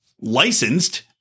licensed